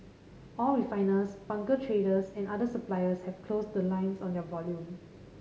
all refiners bunker traders and other suppliers have closed the lines on their volume